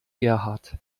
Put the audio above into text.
gerhard